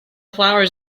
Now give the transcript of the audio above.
flowers